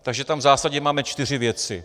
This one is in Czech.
Takže tam v zásadě máme čtyři věci: